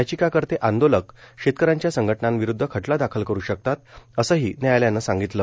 याचिकाकर्ते आंदोलक शेतकऱ्यांच्या संघटनांविरुद्ध खटला दाखल करु शकतात असंही न्यायालयानं सांगितलं